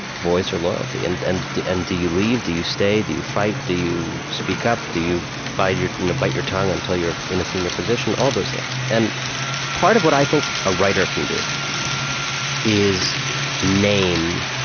voice, or loyalty. and and do and do you leave? do you stay? do you fight? do you speak up? do you bite your you know bite your tongue until you're in a senior position? all those things and part of what i think a writer can do is name